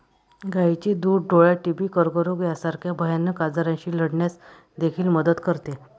गायीचे दूध डोळा, टीबी, कर्करोग यासारख्या भयानक आजारांशी लढण्यास देखील मदत करते